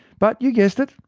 but you guessed it,